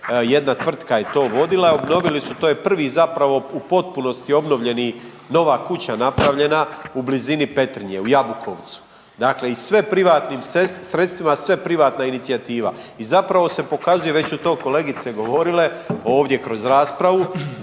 Jedna tvrtka je to vodila i obnovili su, to je prvi zapravo u potpunosti obnovljeni nova kuća napravljena u blizini Petrinje, u Jabukovcu. Dakle, i sve privatnim sredstvima, sve privatna inicijativa i zapravo se pokazuje već su to kolegice govorile ovdje kroz raspravu